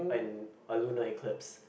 an a lunar eclipse